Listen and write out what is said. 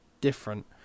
different